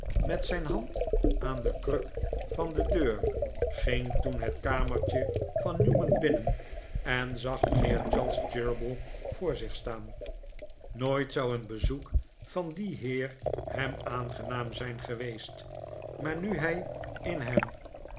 met zijn hand aan de kruk van de deur ging toen het kamertje van newman binnen en zag mijnheer charles cheeryble voor zich staan nooit zou een bezoek van dien heer hem aangenaam zijn geweest maar nu hij in hem